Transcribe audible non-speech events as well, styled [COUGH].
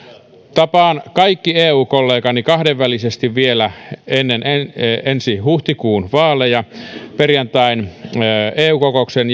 tapaan kaikki eu kollegani kahdenvälisesti vielä ennen ensi huhtikuun vaaleja perjantain eu kokouksen [UNINTELLIGIBLE]